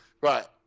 right